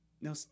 No